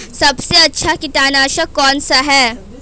सबसे अच्छा कीटनाशक कौन सा है?